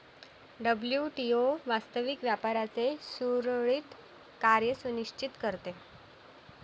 WTO वास्तविक व्यापाराचे सुरळीत कार्य सुनिश्चित करते